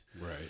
Right